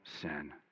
sin